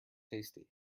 tasty